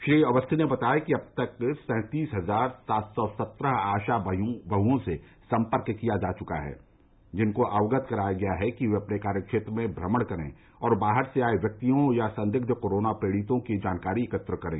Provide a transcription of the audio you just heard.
श्री अवस्थी ने बताया कि अब तक सैंतीस हजार सात सौ सत्रह आशा बहुओं से सम्पर्क किया जा चुका है जिनको अवगत कराया गया है कि वे अपने कार्य क्षेत्र में भ्रमण करें और बाहर से आये व्यक्तियों या संदिग्ध कोरोना पीड़ितों की जानकारी एकत्र करें